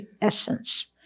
essence